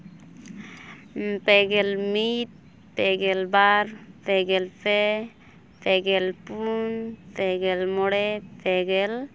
ᱯᱮᱜᱮᱞ ᱢᱤᱫ ᱯᱮᱜᱮᱞ ᱵᱟᱨ ᱯᱮᱜᱮᱞ ᱯᱮ ᱯᱮᱜᱮᱞ ᱯᱩᱱ ᱯᱮᱜᱮᱞ ᱢᱚᱬᱮ ᱯᱮᱜᱮᱞ